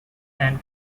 and